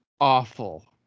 awful